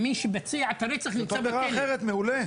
מי שביצע רצח נמצא בכלא.